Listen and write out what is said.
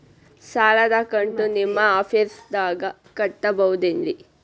ಸಾಲದ ಕಂತು ನಿಮ್ಮ ಆಫೇಸ್ದಾಗ ಕಟ್ಟಬಹುದೇನ್ರಿ?